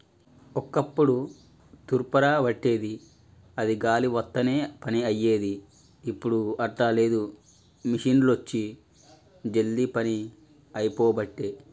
ఒక్కప్పుడు తూర్పార బట్టేది అది గాలి వత్తనే పని అయ్యేది, ఇప్పుడు అట్లా లేదు మిషిండ్లొచ్చి జల్దీ పని అయిపోబట్టే